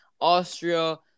Austria